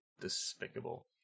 despicable